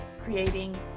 creating